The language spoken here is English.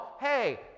hey